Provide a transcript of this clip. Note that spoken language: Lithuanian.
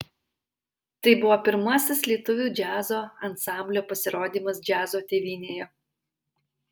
tai buvo pirmasis lietuvių džiazo ansamblio pasirodymas džiazo tėvynėje